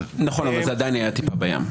נכון, אבל זה עדיין היה טיפה בים.